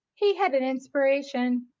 he had an inspiration.